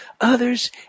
others